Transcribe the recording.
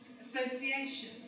association